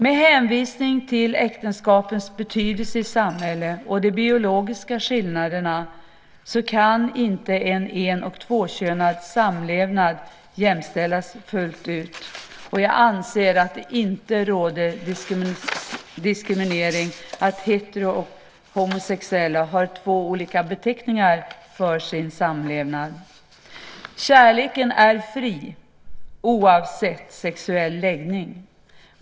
Med hänvisning till äktenskapets betydelse i samhället och de biologiska skillnaderna kan inte en en och tvåkönad samlevnad jämställas fullt ut, och jag anser att det inte råder diskriminering därför att hetero och homosexuella har två olika beteckningar för sin samlevnad. Kärleken är fri oavsett sexuell läggning.